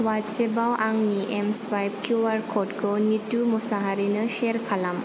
व्हट्सेपाव आंनि M swipe Q R क'डखौ निथु मुसाहारिनो सेयार खालाम